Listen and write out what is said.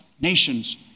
nations